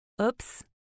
Oops